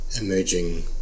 emerging